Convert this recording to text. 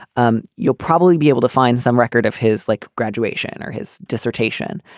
um you'll probably be able to find some record of his like graduation or his dissertation.